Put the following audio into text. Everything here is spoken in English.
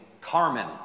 Carmen